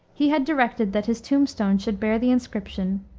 he had directed that his tombstone should bear the inscription,